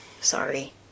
sorry